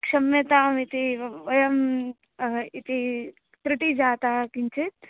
क्षम्यताम् इति वयम् इति तृटी जाता किञ्चित्